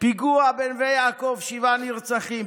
פיגוע בנווה יעקב עם שבעה נרצחים,